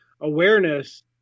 awareness